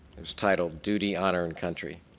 titled duty, honor and country.